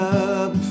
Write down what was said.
up